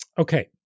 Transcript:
Okay